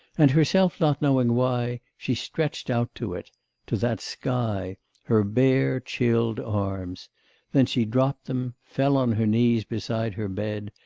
and, herself not knowing why, she stretched out to it to that sky her bare chilled arms then she dropped them, fell on her knees beside her bed,